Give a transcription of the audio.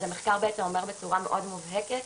אז המחקר בעצם אומר בצורה מאוד מובהקת: